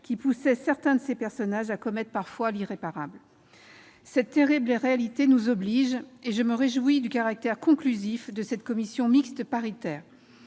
qui poussait certains de ses personnages à commettre, parfois, l'irréparable. Cette terrible réalité nous oblige, et je me réjouis du caractère conclusif de cette commission mixte paritaire.